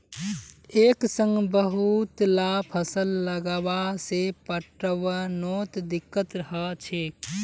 एक संग बहुतला फसल लगावा से पटवनोत दिक्कत ह छेक